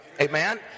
Amen